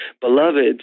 beloved